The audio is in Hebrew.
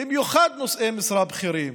במיוחד נושאי משרה בכירים,